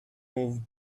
moved